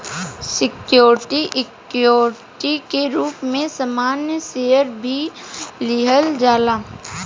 security equity के रूप में सामान्य शेयर के भी लिहल जाला